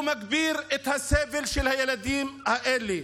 הוא מגביר את הסבל של הילדים האלה.